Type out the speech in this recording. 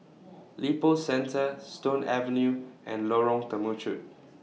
Lippo Centre Stone Avenue and Lorong Temechut